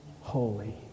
holy